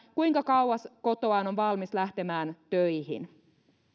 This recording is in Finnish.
kuinka kauas kotoaan on valmis lähtemään töihin